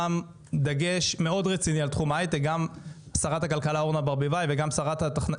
גם שרת הכלכלה אורנה ברביבאי וגם שרת החדשנות והמדע אורית פרקש,